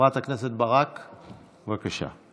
חברת הכנסת ברק, בבקשה.